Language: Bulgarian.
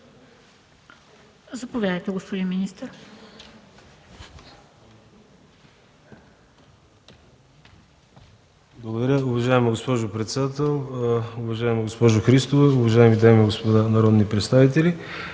заповядайте, господин министър.